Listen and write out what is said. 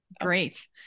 great